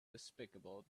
despicable